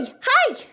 hi